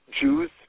Jews